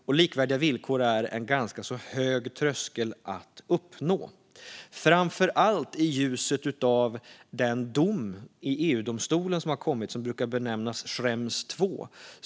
Och likvärdiga villkor är en ganska hög tröskel att uppnå, framför allt i ljuset av den dom i EU-domstolen som har kommit och som brukar benämnas Schrems II.